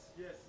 yes